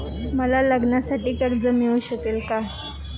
मला लग्नासाठी कर्ज मिळू शकेल का?